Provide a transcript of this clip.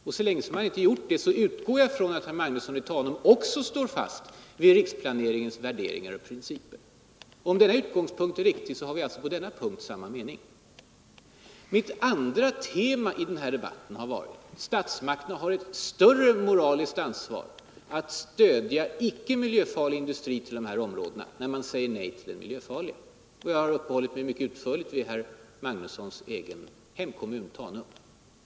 Och så länge han inte gjort det utgår jag från att herr Magnusson i Tanum också står fast vid riksplaneringens värderingar och principer. Om denna utgångspunkt är riktig har vi alltså i detta avseende samma mening. Mitt andra tema i den här debatten har varit att statsmakterna har ett större moraliskt ansvar att stödja placeringen av icke miljöfarlig industri i dessa områden när man säger nej till den miljöfarliga. Jag har uppehållit mig mycket utförligt vid herr Magnussons hemkommun Tanum.